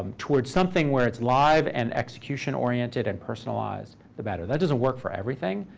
and towards something where it's live and execution-oriented and personalized, the better. that doesn't work for everything,